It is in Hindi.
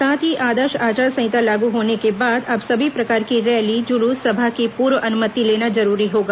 साथ ही आदर्श आचार सहिता लागू होने के बाद अब सभी प्रकार की रैली जुलूस सभा की पूर्व अनुमति लेना जरूरी होगा